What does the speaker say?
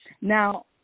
Now